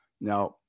Now